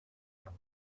trois